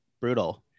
brutal